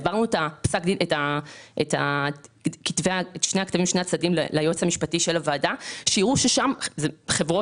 העברנו את כתבי שני הצדדים ליועץ המשפטי של הוועדה שיראו ששם חברות